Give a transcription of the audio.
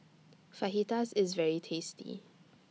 Fajitas IS very tasty